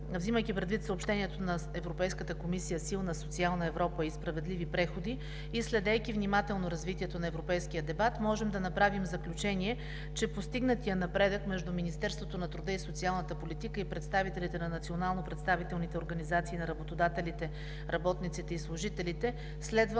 Вземайки предвид съобщението на Европейската комисия „Силна социална Европа и справедливи преходи“ и следейки внимателно развитието на европейския дебат, можем да направим заключение, че постигнатият напредък между Министерството на труда и социалната политика и представителите на национално представителните организации на работодателите, работниците и служителите следва